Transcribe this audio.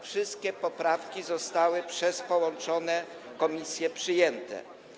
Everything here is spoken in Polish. Wszystkie poprawki zostały przez połączone komisje przyjęte.